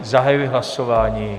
Zahajuji hlasování.